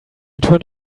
turned